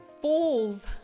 fools